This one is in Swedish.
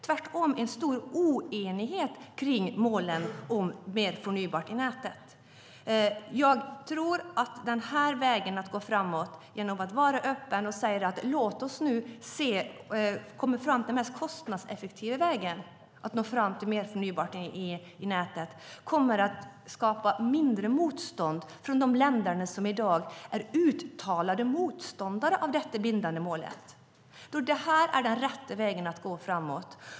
Tvärtom råder stor oenighet kring målen om mer förnybart i nätet. Att gå fram den vägen tror jag är det bästa. Genom att vara öppna och se hur vi bäst når fram till det mest kostnadseffektiva sättet att få förnybart i nätet blir det mindre motstånd från de länder som i dag är uttalat motståndare till det bindande målet. Det är den rätta vägen att gå framåt.